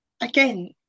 again